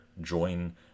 join